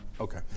okay